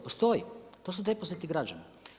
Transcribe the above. Postoji, to su depoziti građana.